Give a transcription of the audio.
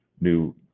new